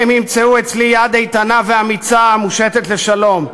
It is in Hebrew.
הם ימצאו אצלי יד איתנה ואמיצה מושטת לשלום.